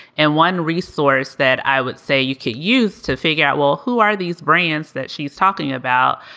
and one resource that i would say you could use to figure out, well, who are these brands that she's talking about?